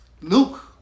Luke